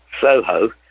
Soho